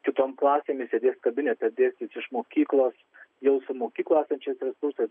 kitom klasėm jis sėdės kabinete dėstys iš mokyklos jau su mokykloj esančiais resursais